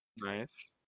Nice